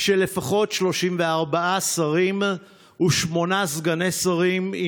של לפחות 34 שרים ושמונה סגני שרים,